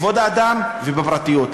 בכבוד האדם ובפרטיות.